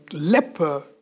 leper